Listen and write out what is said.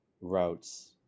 routes